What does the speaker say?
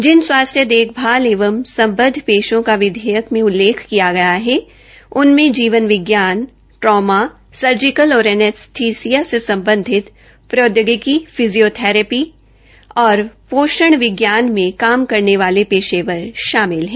जिन स्वास्थ्य देखभाल एंव संबध पेशों का विधेयक में उल्लेख किया गया है कि उनमे जीवन विज्ञान ट्रामा सर्जिकल और एनेसथीसिया से सम्बधित प्रौदयोगिकी फिज्ञियोथेरेपिस्ट और पोषण विज्ञान में काम करने वाले पेशेवर शामिल है